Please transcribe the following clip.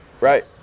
right